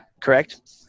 Correct